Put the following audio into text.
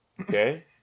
Okay